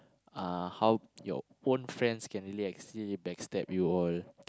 uh how your own friends can really actually backstab you all